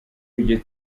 iryo